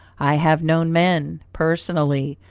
i have known men, personally,